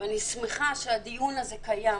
ואני שמחה שהדיון הזה מתקיים,